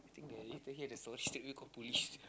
after hear the story straightaway call police